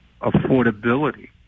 affordability